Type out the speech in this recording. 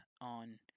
on